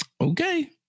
Okay